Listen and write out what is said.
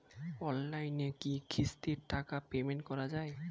অনলাইনে কি কিস্তির টাকা পেমেন্ট করা যায়?